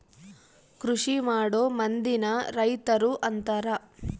ಕೃಷಿಮಾಡೊ ಮಂದಿನ ರೈತರು ಅಂತಾರ